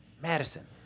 madison